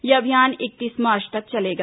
यह अभियान इकतीस मार्च तक चलेगा